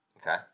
Okay